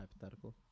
hypothetical